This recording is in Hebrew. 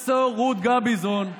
תגיד, אתה איתנו או נגדנו?